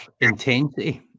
intensity